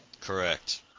Correct